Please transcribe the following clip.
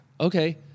Okay